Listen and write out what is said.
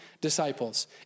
disciples